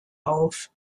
auf